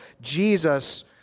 Jesus